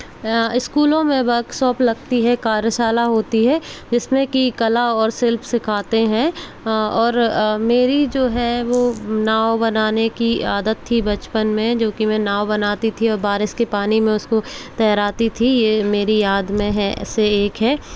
स्कूलों में वर्कशॉप लगती है कार्यशाला होती है जिसमें की कला और शिल्प सिखाते हैं और मेरी जो है वो नाव बनाने की आदत थी बचपन में जो कि मैं नाव बनाती थी और बारिश के पानी में उसको तैराती थी ये मेरी याद में से एक है